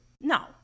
No